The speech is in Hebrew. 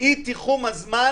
אי-תיחום הזמן